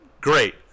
great